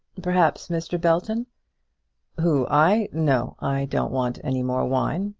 perhaps mr. belton who i? no i don't want any more wine,